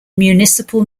municipal